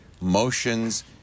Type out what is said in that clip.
motions